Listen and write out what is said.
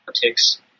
politics